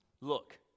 Look